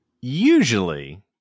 usually